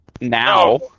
Now